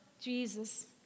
Jesus